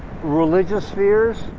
religious fears?